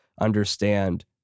understand